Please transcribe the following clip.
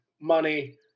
money